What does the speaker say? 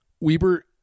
Weber